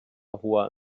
hoher